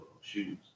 shoes